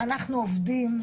אנחנו עובדים.